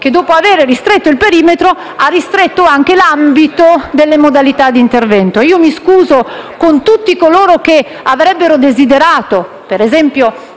che, dopo aver ristretto il perimetro, ha ristretto anche l'ambito delle modalità di intervento. Mi scuso con tutti coloro che avrebbero desiderato - ad esempio,